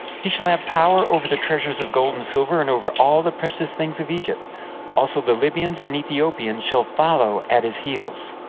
he shall have power over the treasures of gold and silver, and over all the precious things of egypt also the libyans and ethiopians shall follow at his heels.